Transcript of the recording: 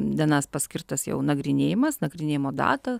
dienas paskirtas jau nagrinėjimas nagrinėjimo data